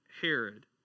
Herod